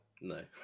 No